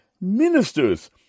ministers